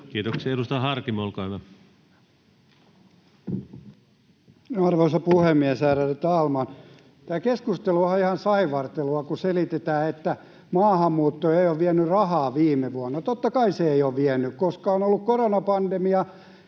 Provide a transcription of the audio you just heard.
ja taloudesta Time: 15:40 Content: Arvoisa puhemies, ärade talman! Tämä keskusteluhan on ihan saivartelua, kun selitetään, että maahanmuutto ei ole vienyt rahaa viime vuonna. Tietenkään se ei ole vienyt, koska on ollut koronapandemia.